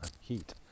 heat